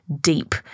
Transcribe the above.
deep